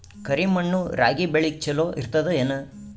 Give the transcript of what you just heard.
ಕರಿ ಮಣ್ಣು ರಾಗಿ ಬೇಳಿಗ ಚಲೋ ಇರ್ತದ ಏನು?